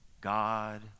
God